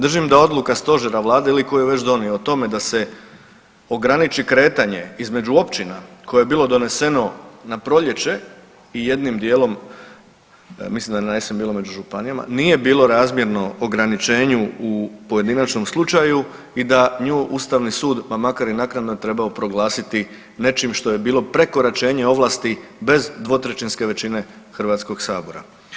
Držim da odluka Stožera, Vlade ili tko je već donio o tome da se ograniči kretanje između općina koje bilo doneseno na proljeće i jednim dijelom, mislim da je na jesen bilo među županijama, nije bilo razmjerno ograničenju u pojedinačnom slučaju i da nju Ustavni sud, pa makar i naknadno trebao proglasiti nečim što je bilo prekoračenje ovlasti bez dvotrećinske većine Hrvatskoga sabora.